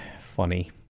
funny